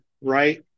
Right